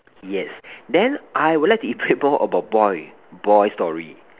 yes then I will like to elaborate more about boy boy story